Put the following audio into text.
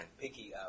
Picky